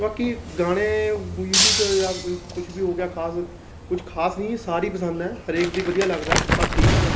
ਬਾਕੀ ਗਾਣੇ ਮਿਉਜਿਕ ਜਾਂ ਕੁਛ ਵੀ ਹੋ ਗਿਆ ਖਾਸ ਕੁਛ ਖਾਸ ਨਹੀਂ ਇਹ ਸਾਰੇ ਹੀ ਪਸੰਦ ਹੈ ਹਰੇਕ ਦੇ ਵਧੀਆ ਲੱਗਦਾ ਸਭ ਠੀਕ ਲੱਗਦਾ